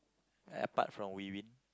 apart from